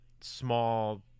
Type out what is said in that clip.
small